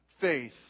faith